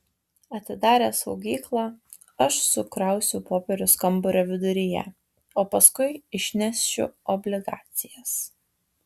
atidaręs saugyklą aš sukrausiu popierius kambario viduryje o paskui išnešiu obligacijas